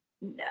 No